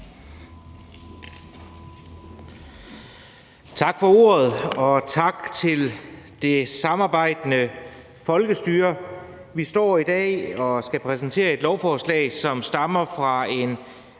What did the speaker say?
Tak for ordet. Og tak til det samarbejdende folkestyre. Vi står i dag og kan præsentere et lovforslag, som stammer fra en